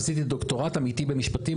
עשיתי דוקטורט אמיתי במשפטים.